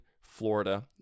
Florida